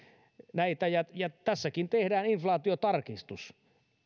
näitä ja ja tässäkin tehdään inflaatiotarkistus